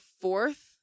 fourth